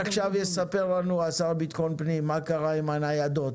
עכשיו יספר לנו השר לבטחון פנים מה קרה עם הניידות.